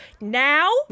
Now